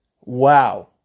wow